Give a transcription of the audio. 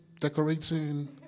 decorating